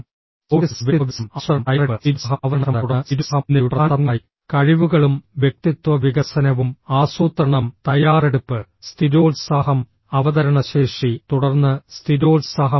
soft skills വ്യക്തിത്വ വികസനം ആസൂത്രണം തയ്യാറെടുപ്പ് സ്ഥിരോത്സാഹം അവതരണക്ഷമത തുടർന്ന് സ്ഥിരോത്സാഹം എന്നിവയുടെ പ്രധാന തത്വങ്ങളായി കഴിവുകളും വ്യക്തിത്വ വികസനവും ആസൂത്രണം തയ്യാറെടുപ്പ് സ്ഥിരോത്സാഹം അവതരണശേഷി തുടർന്ന് സ്ഥിരോത്സാഹം